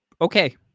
okay